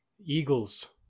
Eagles